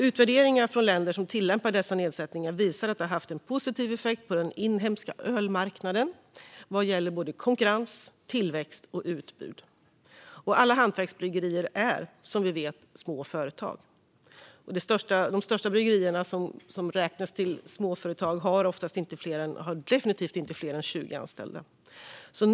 Utvärderingar från länder som tillämpar dessa nedsättningar visar att de har haft en positiv effekt på den inhemska ölmarknaden vad gäller både konkurrens, tillväxt och utbud. Alla hantverksbryggerier är, som vi vet, små företag. De största bryggerierna som räknas som småföretag har definitivt inte fler än 20 anställda.